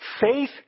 Faith